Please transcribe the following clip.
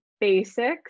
basics